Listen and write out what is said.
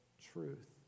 truth